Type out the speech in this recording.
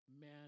man